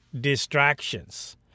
distractions